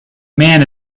man